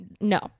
no